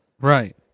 Right